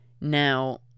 now